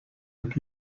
mit